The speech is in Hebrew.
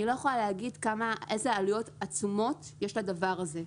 אני לא יכולה להגיד איזה עלויות עצומות יש לדבר הזה.